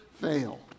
fail